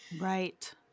Right